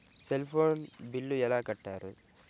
Cell phone bill ఎలా కట్టారు?